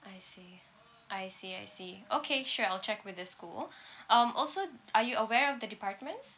I see I see I see okay sure I'll check with the school um also are you aware of the departments